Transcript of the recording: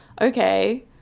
okay